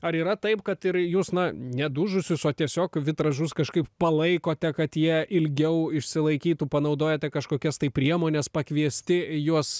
ar yra taip kad ir jūs na ne dužusius o tiesiog vitražus kažkaip palaikote kad jie ilgiau išsilaikytų panaudojate kažkokias tai priemones pakviesti juos